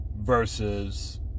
versus